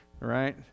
right